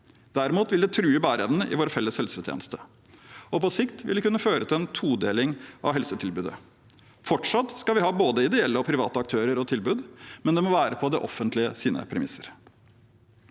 Derimot vil det true bæreevnen i vår felles helsetjeneste, og på sikt vil det kunne føre til en todeling av helsetilbudet. Fortsatt skal vi ha både ideelle og private aktører og tilbud, men det må være på det offentliges premisser.